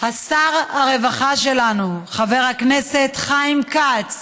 שר הרווחה שלנו, חבר הכנסת חיים כץ,